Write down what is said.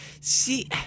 See